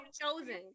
chosen